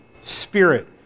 spirit